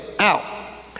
out